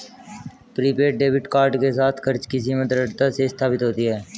prepaid debit card के साथ, खर्च की सीमा दृढ़ता से स्थापित होती है